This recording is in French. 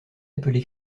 appelé